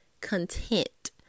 content